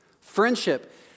Friendship